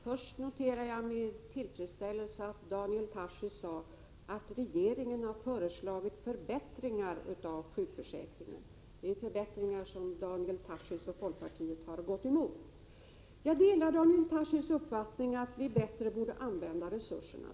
Fru talman! Först noterar jag med tillfredsställelse att Daniel Tarschys sade att regeringen har föreslagit förbättringar av sjukförsäkringen. Det är förbättringar som Daniel Tarschys och folkpartiet har gått emot. Jag delar Daniel Tarschys uppfattning att vi bättre borde använda resurserna.